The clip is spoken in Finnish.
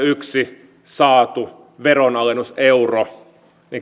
yksi saatu veronalennuseuro